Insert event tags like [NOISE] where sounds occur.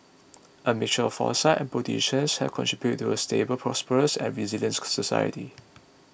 a mixture of foresight and bold decisions have contributed to a stable prosperous and resilient [UNINTELLIGIBLE] society